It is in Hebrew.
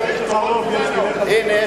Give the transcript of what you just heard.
הנה,